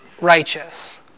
righteous